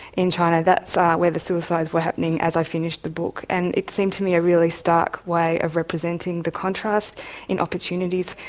in china, that's ah where the suicides were happening as i finished the book. and it seemed to me a really stark way of representing the contrast in opportunities,